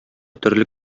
төрле